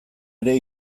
ere